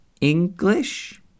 English